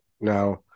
Now